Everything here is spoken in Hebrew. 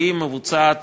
והיא מבוצעת